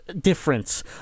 difference